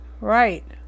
Right